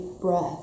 breath